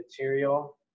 material